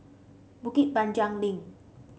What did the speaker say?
Bukit Panjang Link